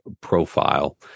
profile